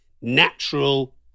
natural